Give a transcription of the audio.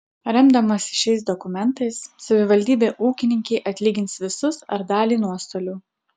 remdamasi šiais dokumentais savivaldybė ūkininkei atlygins visus ar dalį nuostolių